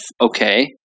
okay